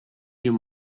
you